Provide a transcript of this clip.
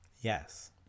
Yes